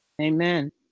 Amen